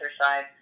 exercise